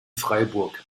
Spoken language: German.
freiburg